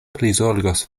prizorgos